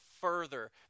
further